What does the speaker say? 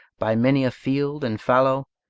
by many a field and fallow,